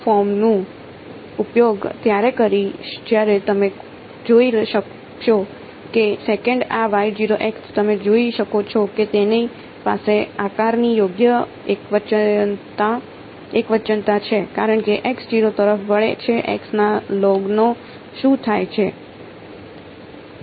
હું આ ફોર્મનો ઉપયોગ ત્યારે કરીશ જ્યારે તમે જોઈ શકશો કે સેકંડ આ તમે જોઈ શકો છો કે તેની પાસે આકારની યોગ્ય એકવચનતા છે કારણ કે x 0 તરફ વળે છે x ના લોગનું શું થાય છે